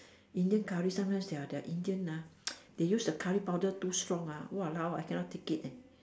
Indian curry sometimes their their Indian ah they use their curry powder too strong ah !walao! I cannot take it eh